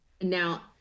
now